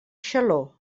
xaló